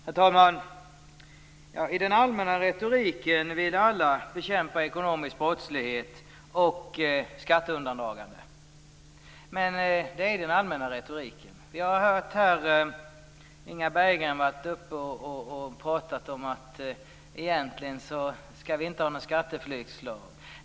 Herr talman! I den allmänna retoriken vill alla bekämpa ekonomisk brottslighet och skatteundandragande. Vi har här hört Inga Berggren tala om att vi egentligen inte skall ha någon skatteflyktslag.